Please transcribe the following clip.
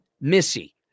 Missy